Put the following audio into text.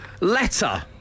letter